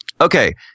Okay